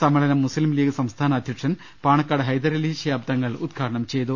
സമ്മേളനം മുസ്ലിം ലീഗ് സംസ്ഥാന അധ്യക്ഷൻ പാണക്കാട് ഹൈദരലി ശിഹാബ് തങ്ങൾ ഉദ്ഘാടനം ്ചെയ്തു